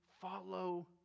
follow